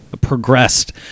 progressed